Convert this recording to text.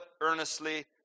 earnestly